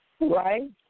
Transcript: Right